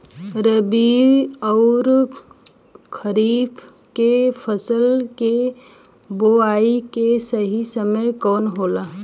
रबी अउर खरीफ के फसल के बोआई के सही समय कवन होला?